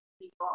people